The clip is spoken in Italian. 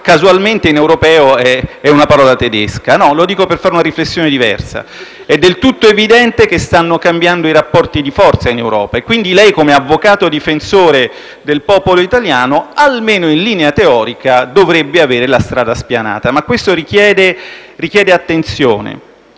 casualmente è una parola tedesca). Lo dico per fare una riflessione diversa: è del tutto evidente che stanno cambiando i rapporti di forza in Europa e quindi lei, come avvocato difensore del popolo italiano, almeno in linea teorica dovrebbe avere la strada spianata. Questo però richiede attenzione.